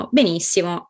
benissimo